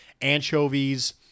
anchovies